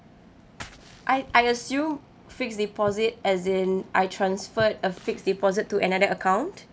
I I assume fixed deposit as in I transferred a fixed deposit to another account